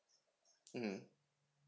mm